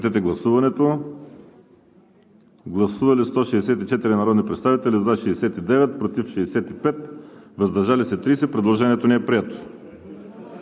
на т. 7 от § 8. Гласували 164 народни представители: за 60, против 68, въздържали се 36. Предложението не е прието.